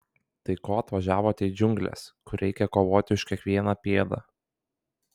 tai ko atvažiavote į džiungles kur reikia kovoti už kiekvieną pėdą